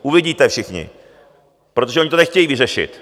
Uvidíte všichni, protože oni to nechtějí vyřešit.